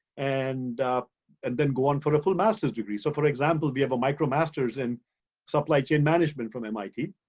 and and then go on for a full master's degree. so for example we have a micromasters in supply chain management from mit.